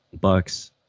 Bucks